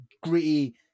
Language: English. gritty